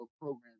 program